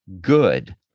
good